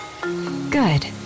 Good